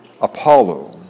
Apollo